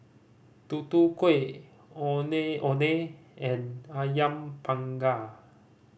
Tutu Kueh Ondeh Ondeh and Ayam Panggang